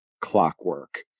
clockwork